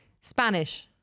Spanish